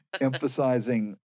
emphasizing